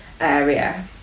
area